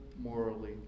morally